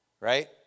right